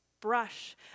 brush